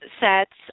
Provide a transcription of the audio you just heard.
sets